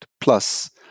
plus